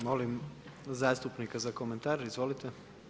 Molim zastupnika za komentar, izvolite.